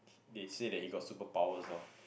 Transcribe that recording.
they say that he got superpowers orh